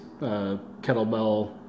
kettlebell